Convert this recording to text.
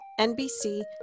NBC